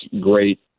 great